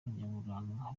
nyaburanga